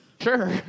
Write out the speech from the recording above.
sure